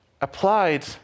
applied